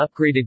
upgraded